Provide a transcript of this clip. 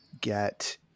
get